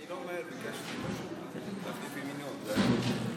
אני לא ממהר, ביקשתי להחליף עם ינון, זה הכול.